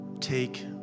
Take